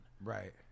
Right